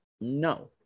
No